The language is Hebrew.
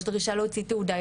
יש דרישה להוציא תעודה,